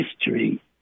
history